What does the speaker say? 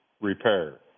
repair